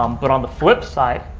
um but on the flip side,